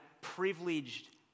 privileged